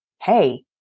hey